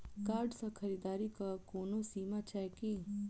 Card सँ खरीददारीक कोनो सीमा छैक की?